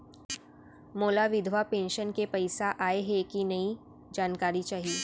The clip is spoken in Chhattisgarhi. मोला विधवा पेंशन के पइसा आय हे कि नई जानकारी चाही?